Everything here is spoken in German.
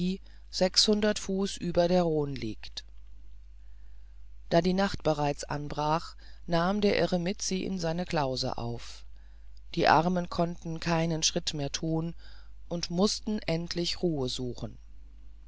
sechshundert fuß über der rhone liegt da die nacht bereits anbrach nahm der eremit sie in seine klause auf die armen konnten keinen schritt mehr thun und mußten endlich ruhe suchen